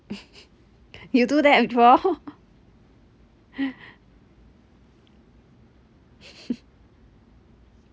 you do that before